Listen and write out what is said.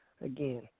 again